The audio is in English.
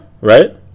right